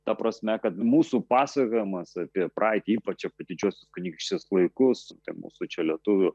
ta prasme kad mūsų pasakojimas apie praeitį ypač apie didžiosios kunigaikštystės laikus tai mūsų čia lietuvių